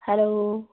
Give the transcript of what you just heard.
hello